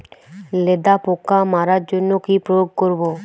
লেদা পোকা মারার জন্য কি প্রয়োগ করব?